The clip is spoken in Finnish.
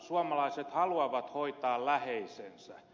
suomalaiset haluavat hoitaa läheisensä